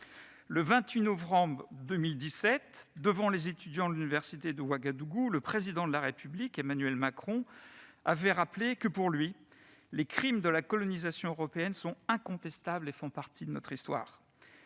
Le 28 novembre 2017, devant les étudiants de l'université de Ouagadougou, le Président de la République, Emmanuel Macron, avait rappelé que, pour lui, « les crimes de la colonisation européenne sont incontestables et font partie de notre histoire